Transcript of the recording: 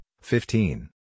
fifteen